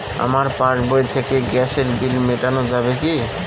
আমার পাসবই থেকে গ্যাসের বিল মেটানো যাবে কি?